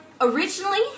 originally